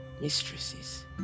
mistresses